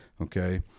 okay